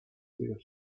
there